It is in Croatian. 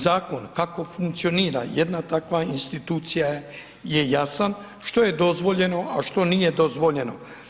Zakon kako funkcionira jedna takva institucija je jasan, što je dozvoljeno a što nije dozvoljeno?